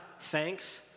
thanks